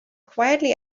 quietly